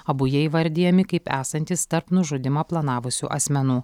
abu jie įvardijami kaip esantys tarp nužudymą planavusių asmenų